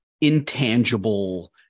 intangible